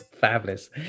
Fabulous